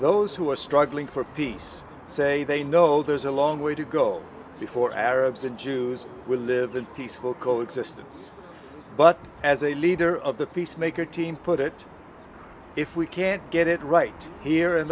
those who are struggling for peace say they know there's a long way to go before arabs and jews will live in peaceful coexistence but as a leader of the peacemaker team put it if we can't get it right here